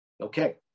okay